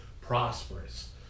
prosperous